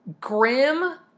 grim